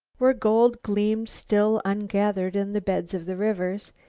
where gold gleamed still ungathered in the beds of the rivers,